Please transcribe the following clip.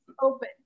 Open